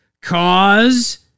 Cause